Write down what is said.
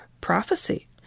prophecy